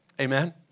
Amen